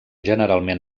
generalment